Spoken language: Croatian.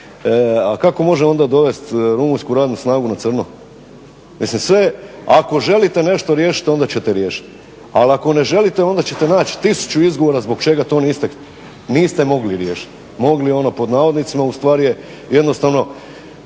A kako može onda dovesti rumunjsku radnu snagu na crno? Mislim sve, ako želite nešto riješiti onda ćete riješiti, ali ako ne želite onda ćete naći tisuću izgovora zbog čega to niste mogli riješiti. "Mogli" ono pod navodnicima, a ustvari je jednostavno